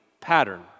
pattern